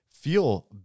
feel